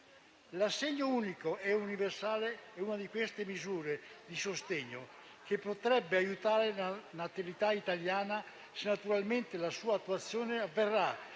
L'assegno unico e universale è una di queste misure di sostegno che potrebbero aiutare la natalità italiana, se naturalmente la sua attuazione avvenisse